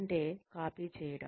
అంటే కాపీ చేయడం